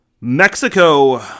Mexico